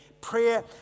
Prayer